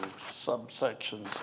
subsections